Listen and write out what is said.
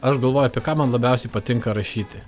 aš galvoju apie ką man labiausiai patinka rašyti